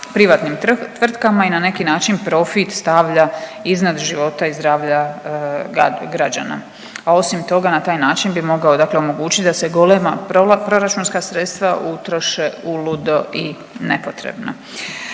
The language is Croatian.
privatnim tvrtkama i na neki način profit stavlja iznad života i zdravlja građana, a osim toga, na taj način bi mogao omogućiti da se golema proračunska sredstva utroše uludo i nepotrebno.